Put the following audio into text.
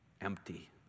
empty